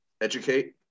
Educate